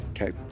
Okay